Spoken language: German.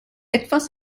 etwas